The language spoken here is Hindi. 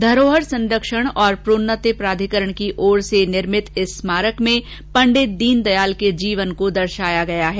धरोहर संरक्षण और प्रोन्नति प्राधिकरण की ओर से निर्भित इस स्मारक में पंडित दीनदयाल के जीवन को दर्शाया गया है